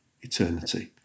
eternity